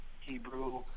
Hebrew